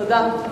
תודה.